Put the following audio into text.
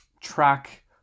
track